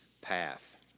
path